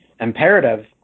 imperative